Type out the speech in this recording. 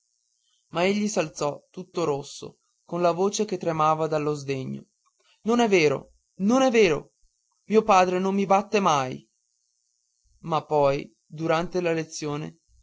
ma egli s'alzò tutto rosso con la voce che tremava dallo sdegno non è vero non è vero mio padre non mi batte mai ma poi durante la lezione